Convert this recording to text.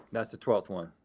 that's the twelfth one.